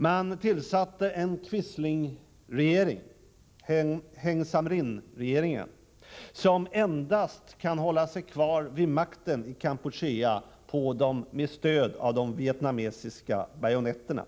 Man tillsatte en quislingregering, Heng Samrin-regeringen, som kan hålla sig kvar vid makten i Kampuchea endast med stöd av de vietnamesiska bajonetterna.